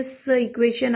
हा एक समान प्रश्न आहे